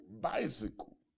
bicycle